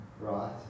Right